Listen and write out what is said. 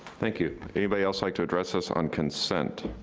thank you anybody else like to address us on consent?